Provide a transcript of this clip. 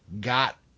got